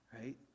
right